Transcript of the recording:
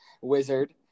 wizard